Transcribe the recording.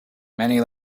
many